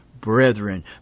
brethren